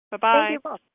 Bye-bye